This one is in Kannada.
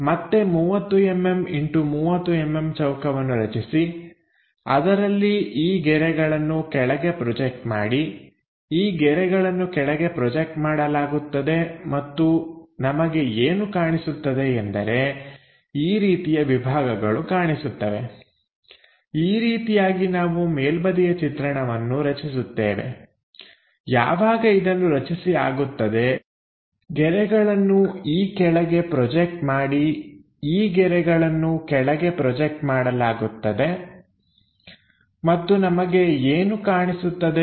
ಮತ್ತೆ 30mm✖30mm ಚೌಕವನ್ನು ರಚಿಸಿ ಅದರಲ್ಲಿ ಈ ಗೆರೆಗಳನ್ನು ಕೆಳಗೆ ಪ್ರೊಜೆಕ್ಟ್ ಮಾಡಿ ಈ ಗೆರೆಗಳನ್ನು ಕೆಳಗೆ ಪ್ರೊಜೆಕ್ಟ್ ಮಾಡಲಾಗುತ್ತದೆ ಮತ್ತು ನಮಗೆ ಏನು ಕಾಣಿಸುತ್ತದೆ ಎಂದರೆ ಈ ರೀತಿಯ ವಿಭಾಗಗಳು ಕಾಣಿಸುತ್ತವೆ